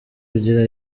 kugira